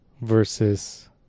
versus